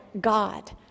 God